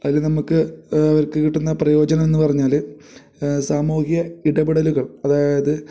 അതിൽ നമുക്ക് അവർക്ക് കിട്ടുന്ന പ്രയോജനമെന്നു പറഞ്ഞാൽ സാമൂഹിക ഇടപെടലുകൾ അതായത്